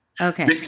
Okay